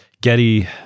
Getty